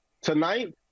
Tonight